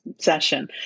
session